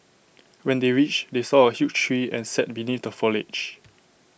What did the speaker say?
when they reached they saw A huge tree and sat beneath the foliage